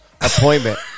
appointment